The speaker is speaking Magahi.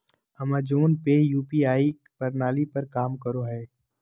अमेज़ोन पे यू.पी.आई प्रणाली पर काम करो हय